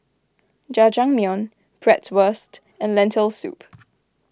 Jajangmyeon Bratwurst and Lentil Soup